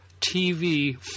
TV